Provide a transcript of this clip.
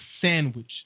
sandwich